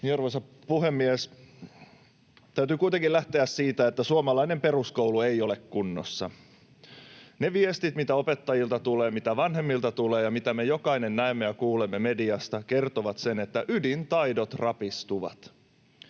Arvoisa puhemies! Täytyy kuitenkin lähteä siitä, että suomalainen peruskoulu ei ole kunnossa. Ne viestit, mitä opettajilta tulee, mitä vanhemmilta tulee ja mitä me jokainen näemme ja kuulemme mediasta, kertovat sen, että ydintaidot rapistuvat.